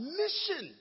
mission